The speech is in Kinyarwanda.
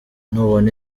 nubona